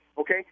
okay